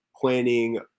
planning